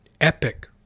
epic